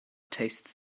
tastes